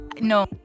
No